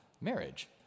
marriage